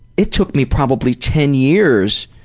it took me probably ten years,